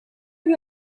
you